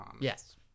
Yes